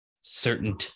certain